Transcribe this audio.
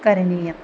करणीयम्